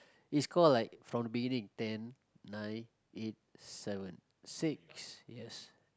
it's call like from the beginning ten nine eight seven six yes